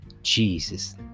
Jesus